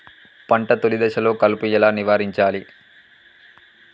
పంట తొలి దశలో కలుపు ఎలా నివారించాలి?